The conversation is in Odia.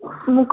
ମୁଁ